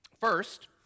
First